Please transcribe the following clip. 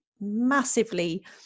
massively